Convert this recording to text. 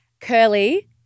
curly